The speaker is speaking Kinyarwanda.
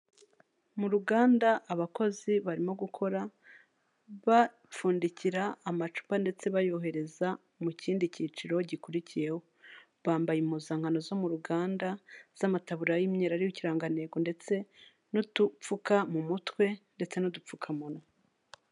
Mu ruganda abakozi barimo gukora, bapfundikira amacupa ndetse bayohereza mu kindi cyiciro gikurikiyeho, bambaye impuzankano zo mu ruganda z'amataburiya y'imyeru ariho ikirangantego ndetse n'udupfuka mu mutwe ndetse n'udupfukamunwa.